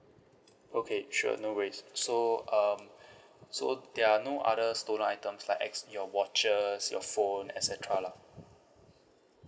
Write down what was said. okay sure no worries so um so there are no other stolen items like ex~ your watches your phone et cetera lah